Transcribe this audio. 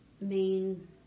main